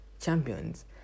champions